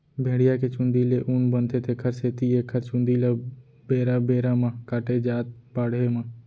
भेड़िया के चूंदी ले ऊन बनथे तेखर सेती एखर चूंदी ल बेरा बेरा म काटे जाथ बाड़हे म